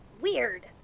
Weird